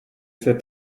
cet